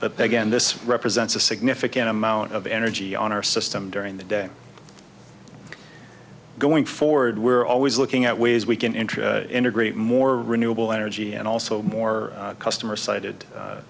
but they get this represents a significant amount of energy on our system during the day going forward we're always looking at ways we can enter integrate more renewable energy and also more customer sited